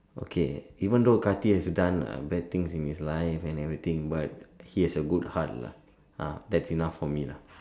okay even thought Karthik has done uh bad things in his life and everything but he has a good heart lah ah that's enough for me lah